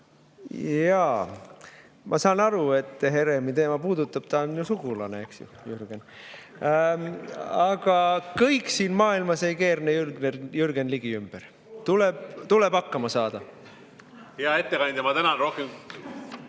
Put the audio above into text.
Jaa, ma saan aru, et Heremi teema puudutab teid, ta on ju sugulane, eks ju, Jürgen. Aga kõik siin maailmas ei keerle Jürgen Ligi ümber. Tuleb hakkama saada. Hea ettekandja, ma tänan. Rohkem